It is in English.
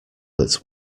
that